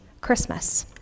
Christmas